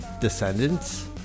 Descendants